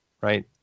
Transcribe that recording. Right